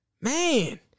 man